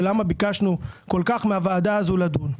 ולמה ביקשנו כל כך מהוועדה הזו לדון.